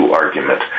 argument